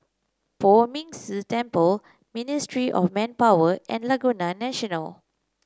Poh Ming Tse Temple Ministry of Manpower and Laguna National